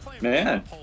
man